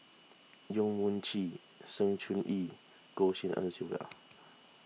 Yong Mun Chee Sng Choon Yee and Goh Tshin En Sylvia